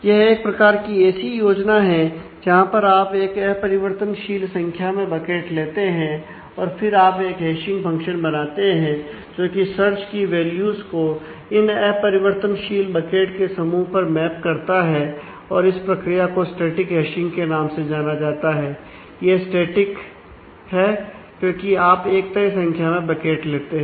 यह एक प्रकार की ऐसी योजना है जहां पर आप एक अपरिवर्तनशील संख्या में बकेट लेते हैं और फिर आप एक हैशिंग फंक्शन बनाते हैं जो कि सर्च की वैल्यूज है क्योंकि आप एक तय संख्या में बकेट लेते हैं